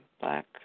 Black